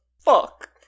Fuck